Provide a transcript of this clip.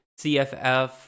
CFF